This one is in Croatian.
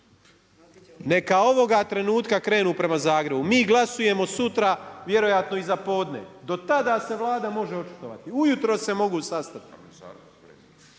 Neka ovoga trenutka krenu prema Zagrebu. Mi glasujemo sutra vjerojatno iza podne, do tada se Vlada može očitovati, ujutro se mogu sastati.